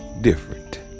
Different